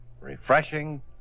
refreshing